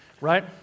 right